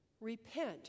Repent